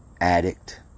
addict